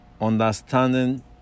understanding